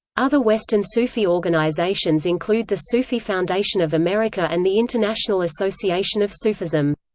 other western sufi organisations include the sufi foundation of america and the international association of sufism.